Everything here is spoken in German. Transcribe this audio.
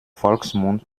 volksmund